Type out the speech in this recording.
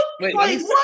Wait